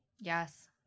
Yes